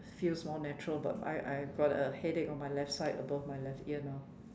feels more natural but I I got a headache on my left side above my left ear now